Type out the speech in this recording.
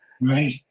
Right